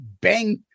bang